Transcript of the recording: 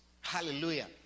hallelujah